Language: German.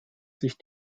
sich